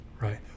right